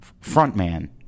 frontman